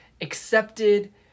accepted